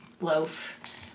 loaf